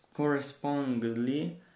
Correspondingly